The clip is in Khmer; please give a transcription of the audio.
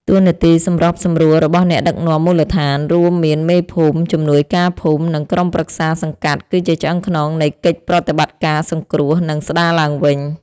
តួនាទីសម្របសម្រួលរបស់អ្នកដឹកនាំមូលដ្ឋាន រួមមានមេភូមិ ជំនួយការភូមិ និងក្រុមប្រឹក្សាសង្កាត់ គឺជាឆ្អឹងខ្នងនៃកិច្ចប្រតិបត្តិការសង្គ្រោះ និងស្ដារឡើងវិញ។